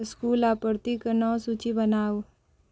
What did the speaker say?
school आपूर्तिक नव सूची बनाउ